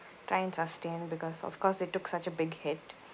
try and sustain because of course it took such a big hit